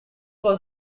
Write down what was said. was